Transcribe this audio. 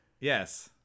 Yes